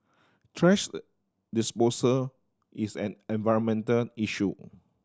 thrash disposal is an environmental issue